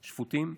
שפוטים,